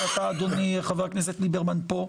שאדוני חבר הכנסת ליברמן פה,